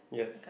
yes